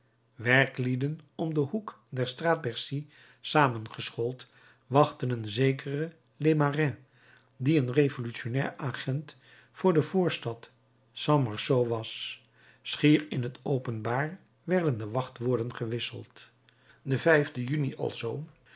werklieden om den hoek der straat bercy samengeschoold wachtten een zekeren lemarin die een revolutionnair agent voor de voorstad st marceau was schier in t openbaar werden de wachtwoorden gewisseld den juni